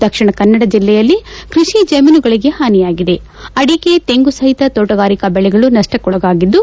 ದಕ್ಷಿಣ ಕನ್ನಡ ಜಿಲ್ಲೆಯಲ್ಲಿ ಕೃಷಿ ಜಮೀನುಗಳಿಗೆ ಹಾನಿಯಾಗಿದೆ ಅಡಿಕೆ ತೆಂಗುಸಹಿತ ತೋಟಗಾರಿಕಾ ಬೆಳೆಗಳು ನಷ್ಷಕ್ಕೊಳಗಾಗಿದ್ದು